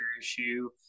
issue